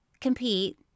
compete